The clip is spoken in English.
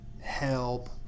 help